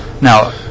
Now